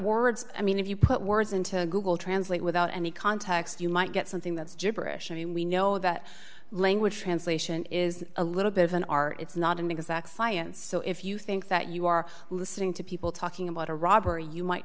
words i mean if you put words into a google translate without any context you might get something that's jibberish i mean we know that language translation is a little bit of an art it's not an exact science so if you think that you are listening to people talking about a robbery you might